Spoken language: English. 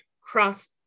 cross